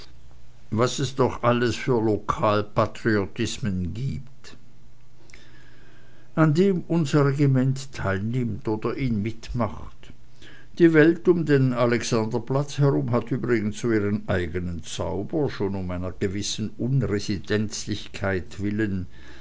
was es doch alles für lokalpatriotismen gibt an dem unser regiment teilnimmt oder ihn mitmacht die welt um den alexanderplatz herum hat übrigens so ihren eigenen zauber schon um einer gewissen unresidenzlichkeit willen